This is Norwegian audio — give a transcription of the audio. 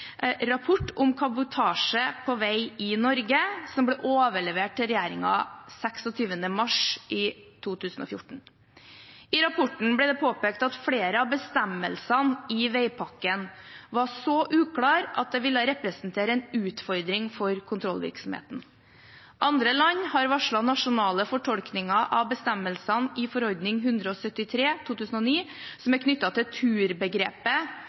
om kabotasje på veg i Norge», som ble overlevert regjeringen 26. mars 2014. I rapporten ble det påpekt at flere av bestemmelsene i veipakken var så uklare at det ville representere en utfordring for kontrollvirksomheten. Andre land har varslet nasjonale fortolkninger av bestemmelsene i forordning